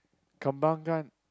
Kembangan